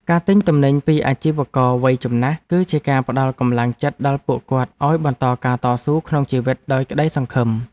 ការទិញទំនិញពីអាជីវករវ័យចំណាស់គឺជាការផ្ដល់កម្លាំងចិត្តដល់ពួកគាត់ឱ្យបន្តការតស៊ូក្នុងជីវិតដោយក្ដីសង្ឃឹម។